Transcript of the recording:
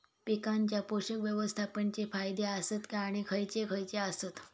पीकांच्या पोषक व्यवस्थापन चे फायदे आसत काय आणि खैयचे खैयचे आसत?